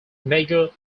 major